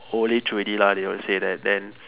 ஓலைச்சுவடி:oolaichsuvadi lah they will said that then